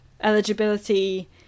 eligibility